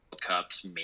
Cups